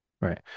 right